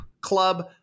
Club